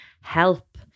help